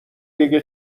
دیگه